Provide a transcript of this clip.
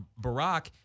Barack